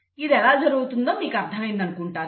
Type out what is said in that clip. ఇది ఎలా జరుగుతోందో మీకు అర్థం అయిందని అనుకుంటున్నాను